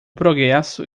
progresso